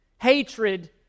hatred